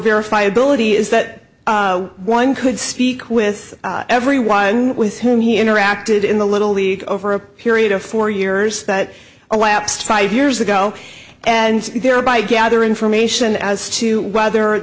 verifiability is that one could speak with everyone with whom he interacted in the little league over a period of four years that elapsed five years ago and thereby gather information as to whether